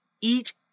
eat